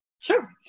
Sure